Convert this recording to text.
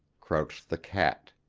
crouched the cat.